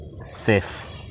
safe